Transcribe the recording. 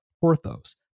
porthos